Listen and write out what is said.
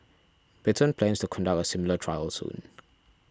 Britain plans to conduct a similar trial soon